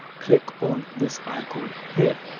click on this icon here.